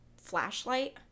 flashlight